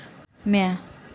म्या